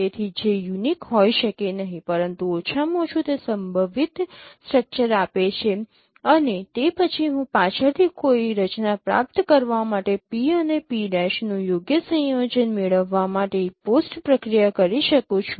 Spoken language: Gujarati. તેથી જે યુનિક હોઈ શકે નહીં પરંતુ ઓછામાં ઓછું તે સંભવિત સ્ટ્રક્ચર આપે છે અને તે પછી હું પાછળથી કોઈ રચના પ્રાપ્ત કરવા માટે P અને P' નું યોગ્ય સંયોજન મેળવવા માટે પોસ્ટ પ્રક્રિયા કરી શકું છું